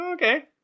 Okay